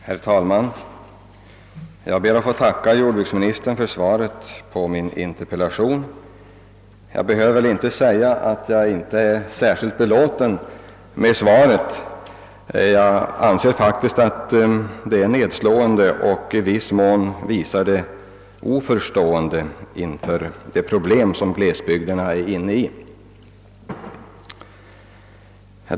Herr talman! Jag ber att få tacka jordbruksministern för svaret på min interpellation. Jag behöver knappast säga att jag inte är särskilt belåten med det; jag anser faktiskt att det är nedslående och visar oförståelse inför glesbygdernas problem.